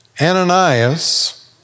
Ananias